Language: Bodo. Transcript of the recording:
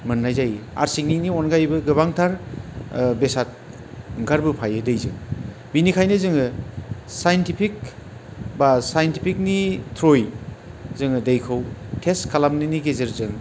मोननाय जायो आर्सेनिकनि अनगायैबो गोबांथार बेसाद ओंखारबोफायो दैजों बेनिखायनो जों साइन्टिफिक बा साइन्टिफिकनि थ्रुयै जोङो दैखौ टेस्ट खालामनायनि गेजेरजों